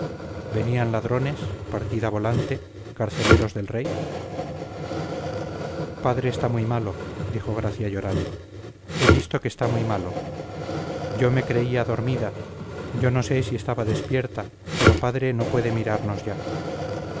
venían ladrones partida volante carceleros del rey padre está muy malo dijo gracia llorando he visto que está muy malo yo me creía dormida yo no sé si estaba despierta pero padre no puede mirarnos ya